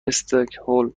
استکهلم